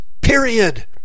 Period